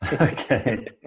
Okay